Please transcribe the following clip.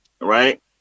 right